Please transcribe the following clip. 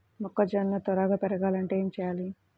మొక్కజోన్న త్వరగా పెరగాలంటే ఏమి చెయ్యాలి?